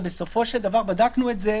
ובסופו של דבר בדקנו את זה,